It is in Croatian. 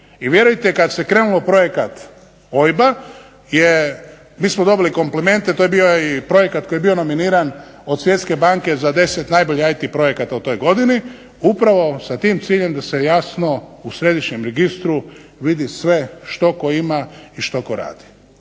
I vjerujte kad se krenulo u projekat OIB-a mi smo dobili komplimente. To je bio i projekat koji je bio nominiran od Svjetske banke za 10 najboljih IT projekata u toj godini upravo sa tim ciljem da se jasno u središnjem registru vidi sve što tko ima i što tko radi.